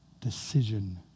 decision